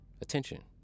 attention